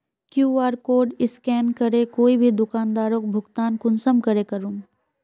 QR code scan करे कोई भी दुकानदारोक भुगतान कुंसम करे करूम?